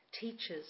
Teachers